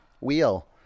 Wheel